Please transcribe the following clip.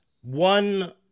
one